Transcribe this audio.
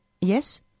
Yes